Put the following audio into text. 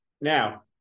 Now